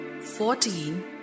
fourteen